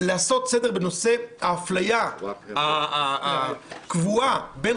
לעשות סדר בנושא האפליה הקבועה בין